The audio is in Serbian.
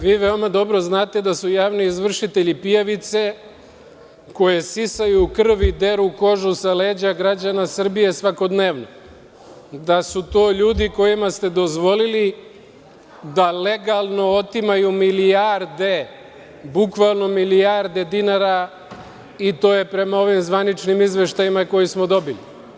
Vi veoma dobro znate da su javni izvršitelji pijavice koje sisaju krv i deru kožu sa leđa građana Srbije svakodnevno, da su to ljudi kojima ste dozvolili da legalno otimaju milijarde, bukvalno milijarde dinara, i to je prema ovim zvaničnim izveštajima koje smo dobili.